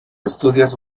estudios